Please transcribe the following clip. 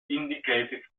indicative